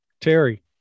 Terry